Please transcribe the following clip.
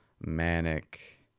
manic